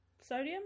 sodium